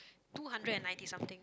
two hundred and ninety something